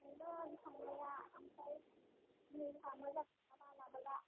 थांगोन थांनाया ओमफ्राय जिनिसा मोजां नङाबा लाबोला